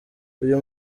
uyu